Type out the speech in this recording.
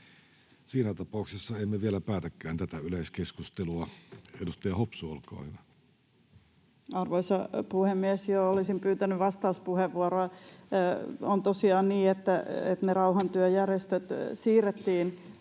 Siinä tapauksessa emme vielä päätäkään tätä yleiskeskustelua. — Edustaja Hopsu, olkaa hyvä. Arvoisa puhemies! Joo, olisin pyytänyt vastauspuheenvuoroa. — On tosiaan niin, että rauhantyön järjestöt siirrettiin